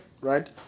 right